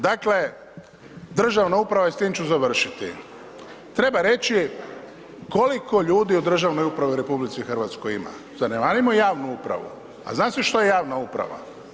Dakle, državna uprava i s tim ću završiti, treba reći koliko ljudi u državnoj upravi u RH ima, zanemarimo javnu upravu, a zna se što je javna uprav.